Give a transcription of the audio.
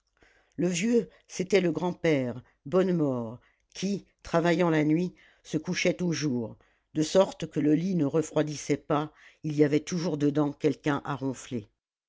le vieux c'était le grand-père bonnemort qui travaillant la nuit se couchait au jour de sorte que le lit ne refroidissait pas il y avait toujours dedans quelqu'un à ronfler